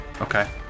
Okay